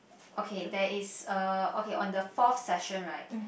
okay there is uh okay on the fourth section right